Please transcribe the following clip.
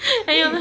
!aiyo!